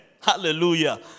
Hallelujah